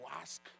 ask